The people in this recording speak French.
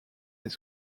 des